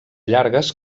llargues